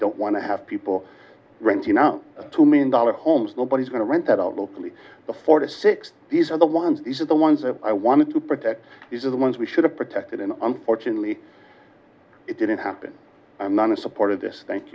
don't want to have people renting out two million dollar homes nobody's going to rent that although probably the four to six these are the ones these are the ones that i want to protect these are the ones we should have protected and unfortunately it didn't happen and then i supported this thank